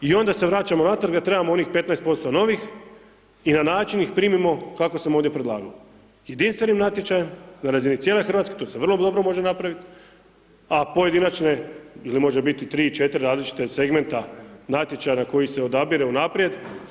I onda se vraćamo natrag da trebamo onih 15% novih i na način ih primimo kako sam ovdje predlagao, jedinstvenim natječajem, na razini cijele RH, to se vrlo dobro može napravit, a pojedinačne ili može biti tri, četiri različite segmenta natječaja na koji se odabire unaprijed.